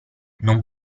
non